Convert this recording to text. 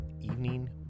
evening